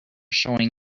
showing